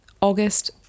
August